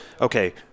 okay